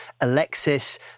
Alexis